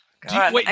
God